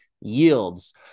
yields